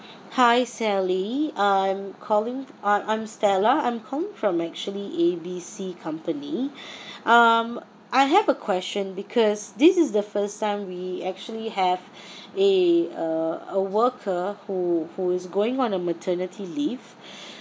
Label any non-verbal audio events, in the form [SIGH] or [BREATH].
hi sally I'm calling I'm I'm stella I'm calling from actually A B C company [BREATH] um I have a question because this is the first time we actually have a a a worker who who is going on a maternity leave